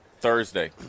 Thursday